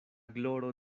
gloro